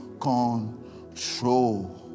control